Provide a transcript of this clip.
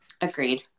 agreed